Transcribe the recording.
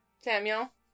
Samuel